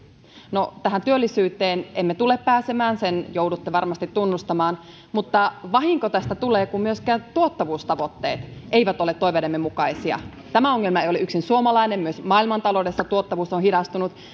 no tähän työllisyyteen emme tule pääsemään sen joudutte varmasti tunnustamaan mutta vahinko tästä tulee kun myöskään tuottavuustavoitteet eivät ole toiveidemme mukaisia tämä ongelma ei ole yksin suomalainen myös maailmantaloudessa tuottavuus on hidastunut